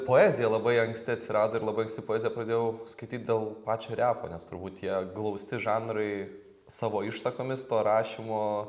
poezija labai anksti atsirado ir labai anksti poeziją pradėjau skaityt dėl pačio repo nes turbūt jie glausti žanrai savo ištakomis tuo rašymo